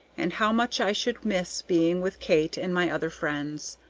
and how much i should miss being with kate and my other friends.